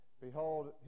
Behold